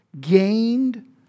gained